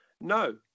No